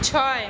ছয়